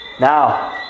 Now